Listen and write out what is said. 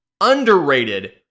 underrated